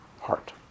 heart